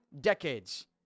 decades